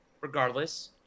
regardless